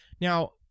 Now